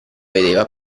vedeva